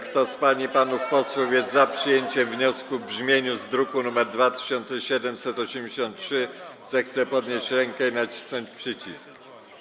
Kto z pań i panów posłów jest za przyjęciem wniosku w brzmieniu z druku nr 2783, zechce podnieść rękę i nacisnąć przycisk.